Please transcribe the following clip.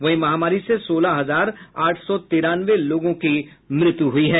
वहीं महामारी से सोलह हजार आठ सौ तिरानवे लोगों की मृत्यु हुई है